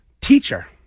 teacher